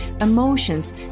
emotions